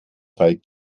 fall